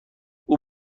اون